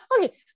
Okay